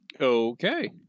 Okay